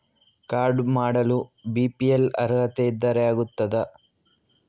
Card ಮಾಡಲು BPL ಅರ್ಹತೆ ಇದ್ದರೆ ಆಗುತ್ತದ?